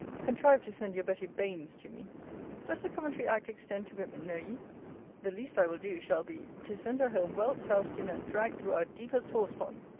contrive to send your betty banes to me does the coventry act extend to women, know ye the least i will do, shall be, to send her home well soused in and dragged through our deepest horsepond.